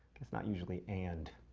that's not usually and.